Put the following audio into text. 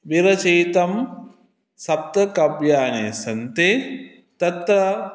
विरचितं सप्तकाव्यानि सन्ति तत्र